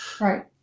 Right